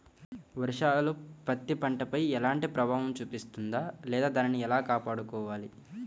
వర్షాలు పత్తి పంటపై ఎలాంటి ప్రభావం చూపిస్తుంద లేదా దానిని ఎలా కాపాడుకోవాలి?